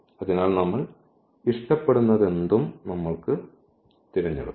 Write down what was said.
അതിനാൽ നമ്മൾ ഇഷ്ടപ്പെടുന്നതെന്തും നമ്മൾക്ക് എടുക്കാം